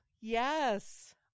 Yes